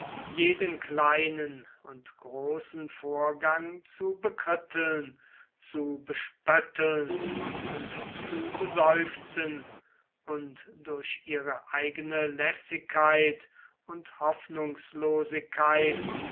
jeden kleinen und großen vorgang zu bekritteln zu bespötteln und zu beseufzen und durch ihre eigene lässigkeit und hoffnungslosigkeit